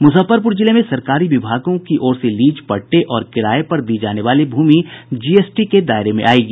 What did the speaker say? मुजफ्फरपुर जिले में सरकारी विभागों की ओर से लीज पट्टे और किराये पर दी जाने वाली भूमि जीएसटी के दायरे में आयेगी